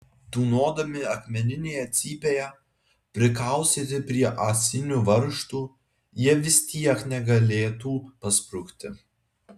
tūnodami akmeninėje cypėje prikaustyti prie ąsinių varžtų jie vis tiek negalėtų pasprukti